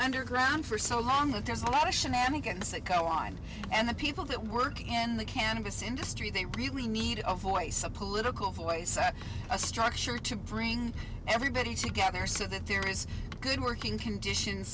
underground for so long that there's a lot of shenanigans that go on and the people that work in the cannabis industry they really need a voice a political voice a structure to bring everybody together so that there is a good working conditions